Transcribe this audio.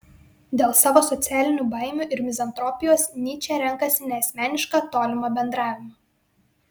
dėl savo socialinių baimių ir mizantropijos nyčė renkasi neasmenišką tolimą bendravimą